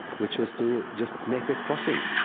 which was to just make a crossing,